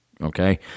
okay